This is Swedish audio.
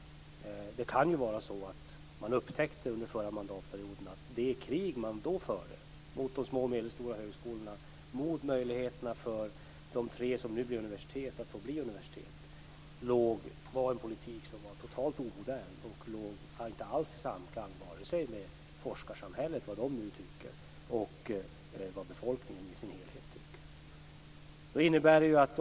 Det kan ju vara så att man under förra mandatperioden upptäckte att det krig man då förde mot de små och medelstora högskolorna och mot möjligheterna för de tre som nu blir universitet att bli universitet var en politik som var totalt omodern och inte alls i samklang med vare sig forskarsamhället, vad det nu tycker, eller vad befolkningen i sin helhet tycker.